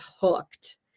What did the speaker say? hooked